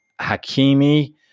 Hakimi